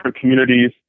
communities